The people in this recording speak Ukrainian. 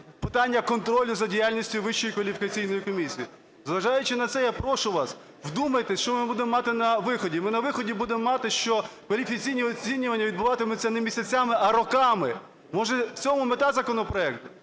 питання контролю за діяльністю Вищої кваліфікаційної комісії. Зважаючи на це, я прошу вас, вдумайтесь, що ми будемо мати на виході. Ми на виході будемо мати, що кваліфікаційні оцінювання відбуватимуться не місяцями, а роками. Може в цьому мета законопроекту?